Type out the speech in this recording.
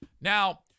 Now